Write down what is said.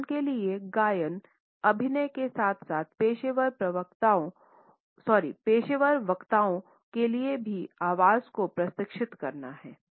उदाहरण के लिए गायन अभिनय के साथ साथ पेशेवर वक्ताओं के लिए भी आवाज़ को प्रशिक्षित करना है